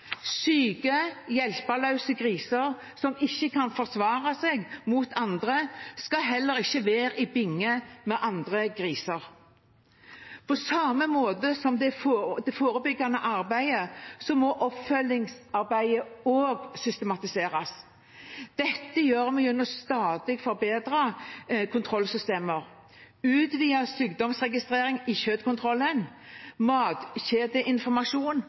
Syke, hjelpeløse griser som ikke kan forsvare seg mot andre, skal ikke være i binge med andre griser. På samme måte som det forebyggende arbeidet må oppfølgingsarbeidet også systematiseres. Dette gjør vi gjennom stadig forbedrede kontrollsystemer. Utvidet sykdomsregistrering i